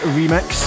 remix